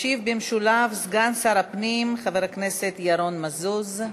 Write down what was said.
ישיב במשולב סגן שר הפנים חבר הכנסת ירון מזוז.